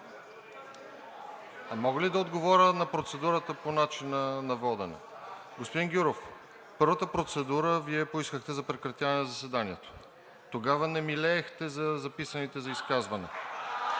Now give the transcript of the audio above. А мога ли да отговоря на процедурата по начина на водене? Господин Гюров, първата процедура Вие поискахте за прекратяване на заседанието. Тогава не милеехте за записаните за изказване.